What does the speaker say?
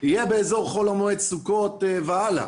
יהיה באזור חול המועד סוכות והלאה.